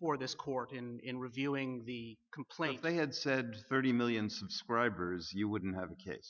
for this court in reviewing the complaint they had said thirty million subscribers you wouldn't have